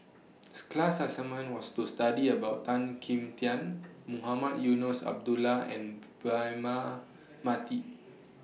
class assignment was to study about Tan Kim Tian Mohamed Eunos Abdullah and Braema Mathi